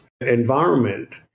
environment